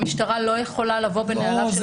המשטרה לא יכולה לבוא בנעליו של הגוף.